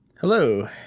Hello